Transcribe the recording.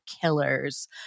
Killers